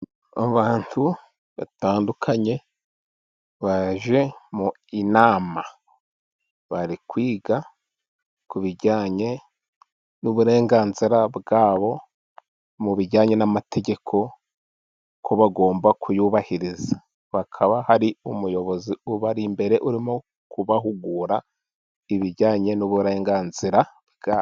Abantu batandukanye baje mu nama. Bari kwiga ku bijyanye n'uburenganzira bwabo, mu bijyanye n'amategeko, ko bagomba kuyubahiriza. Hakaba hari umuyobozi ubari imbere, urimo kubahugura ibijyanye n'uburenganzira bwabo.